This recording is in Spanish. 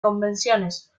convenciones